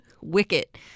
wicket